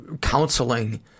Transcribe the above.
counseling